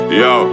yo